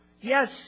Yes